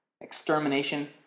extermination